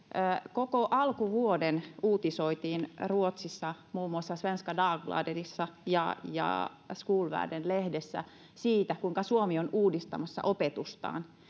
koko alkuvuoden uutisoitiin ruotsissa muun muassa svenska dagbladetissa ja ja skolvärlden lehdessä siitä kuinka suomi on uudistamassa opetustaan